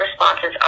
responses